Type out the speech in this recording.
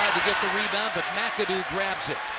to get the rebound, but mcadoo grabs it.